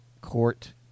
court